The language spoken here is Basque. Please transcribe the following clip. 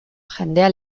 jendea